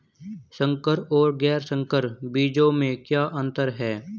संकर और गैर संकर बीजों में क्या अंतर है?